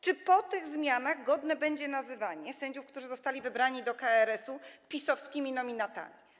Czy po tych zmianach godne będzie nazywanie sędziów, którzy zostali wybrani do KRS-u, PiS-owskimi nominatami?